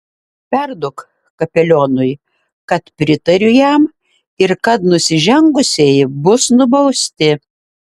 perduok kapelionui kad pritariu jam ir kad nusižengusieji bus nubausti